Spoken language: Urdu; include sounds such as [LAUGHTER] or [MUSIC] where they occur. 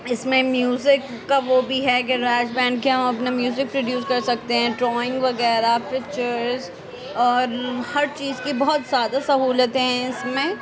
اس میں میوزک کا وہ بھی ہے کہ [UNINTELLIGIBLE] کے ہم اپنا میوزک پرڈیوس کر سکتے ہیں ڈرائنگ وغیرہ پکچرز اور ہر چیز کی بہت زیادہ سہولتیں ہیں اس میں